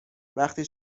وقتی